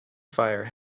fire